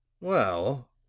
Well